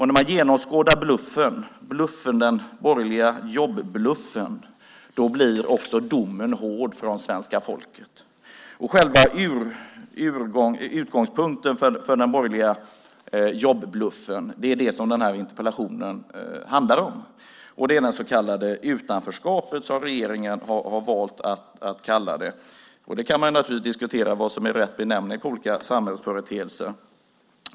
När man genomskådar den borgerliga jobbluffen blir domen från svenska folket hård. Själva utgångspunkten för den borgerliga jobbluffen är det som den här interpellationen handlar om, nämligen utanförskapet som regeringen valt att kalla det. Naturligtvis kan man diskutera vad som är rätt benämning på olika samhällsföreteelser.